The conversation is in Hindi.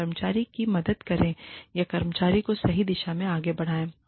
और कर्मचारी की मदद करें या कर्मचारी को सही दिशा में आगे बढ़ाएं